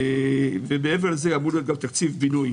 מעבר לזה אמור להיות תקציב בינוי